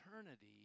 eternity